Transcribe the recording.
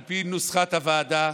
על פי נוסח הוועדה,